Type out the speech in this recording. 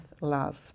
love